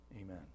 Amen